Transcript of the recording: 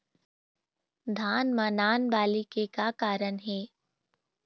धान म नान बाली के का कारण हे?